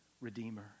redeemer